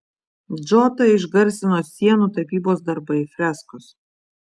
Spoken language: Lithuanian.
džotą išgarsino sienų tapybos darbai freskos